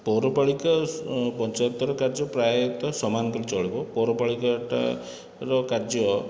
ପୌରପାଳିକା ପଞ୍ଚାୟତର କାର୍ଯ୍ୟ ପ୍ରାୟତଃ ସମାନ କରି ଚଳିବ ପୌରପାଳିକା ଟାର କାର୍ଯ୍ୟ